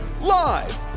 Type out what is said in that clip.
Live